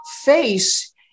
face